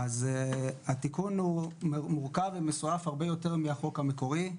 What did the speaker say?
התיקון הוא מורכב ומסועף הרבה יותר מהחוק המקורי.